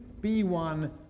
B1